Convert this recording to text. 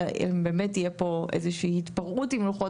אלא באמת תהיה פה איזו שהיא התפרעות עם לוחות